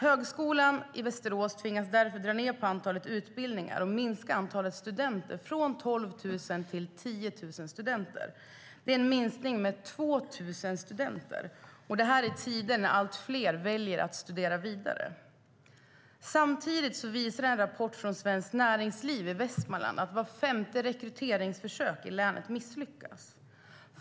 Högskolan i Västerås tvingas därför dra ned på antalet utbildningar och minska antalet studenter från 12 000 till 10 000. Det är en minskning med 2 000 studenter - detta i tider när allt fler väljer att studera vidare. Samtidigt visar en rapport från Svenskt Näringsliv i Västmanland att vart femte rekryteringsförsök i länet misslyckas.